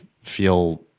feel